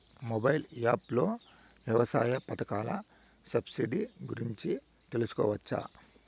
Mobile app లో వ్యవసాయ పథకాల సబ్సిడి గురించి తెలుసుకోవచ్చా?